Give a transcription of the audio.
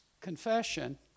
confession